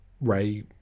Ray